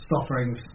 sufferings